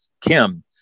Kim